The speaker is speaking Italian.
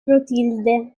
clotilde